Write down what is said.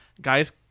guys